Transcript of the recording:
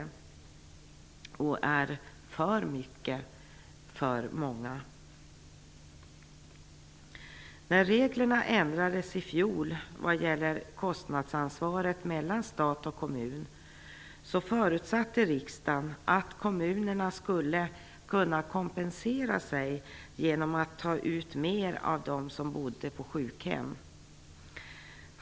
Det är för mycket för många. När reglerna vad gäller kostnadsansvaret mellan stat och kommun ändrades i fjol förutsatte riksdagen att kommunerna skulle kunna kompensera sig genom att ta ut mer av dem som bor på sjukhem.